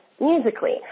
musically